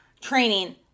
training